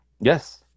Yes